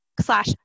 slash